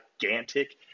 gigantic